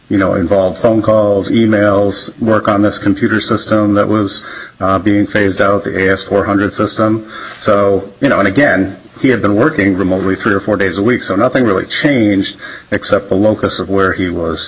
you know involved phone calls e mails work on this computer system that was being phased out the s four hundred system so you know and again he had been working remotely three or four days a week so nothing really changed except the locus of where he was